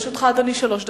לרשותך, אדוני, שלוש דקות.